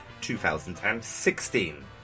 2016